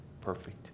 perfect